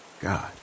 God